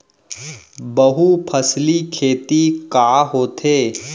बहुफसली खेती का होथे?